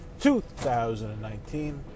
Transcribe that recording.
2019